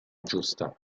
giusta